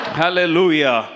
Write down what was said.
hallelujah